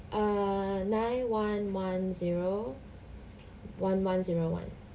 err nine one one zero one one zero one